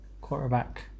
quarterback